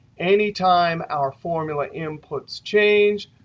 any time our formula inputs change,